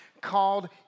called